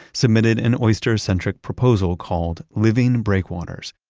submitted an oyster-centric proposal called, living breakwaters.